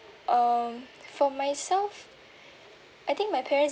um for myself I think my parents